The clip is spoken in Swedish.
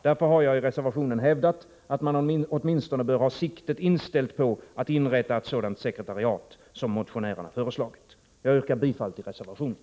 Därför har jag i reservationen hävdat att man åtminstone bör ha siktet inställt på att inrätta ett sådant sekretariat som motionärerna har föreslagit. Jag yrkar bifall till reservationen.